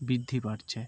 বৃদ্ধি পাচ্ছে